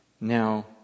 Now